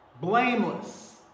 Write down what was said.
Blameless